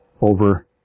over